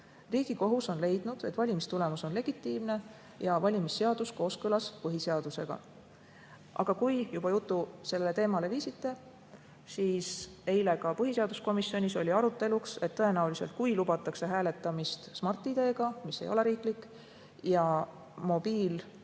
Riigikohus on leidnud, et valimistulemus on legitiimne ja valimisseadus on kooskõlas põhiseadusega. Aga kui jutu juba sellele teemale viisite, siis eile põhiseaduskomisjonis oli arutusel, et kui lubatakse hääletamist Smart‑ID‑ga – mis ei ole riiklik – ja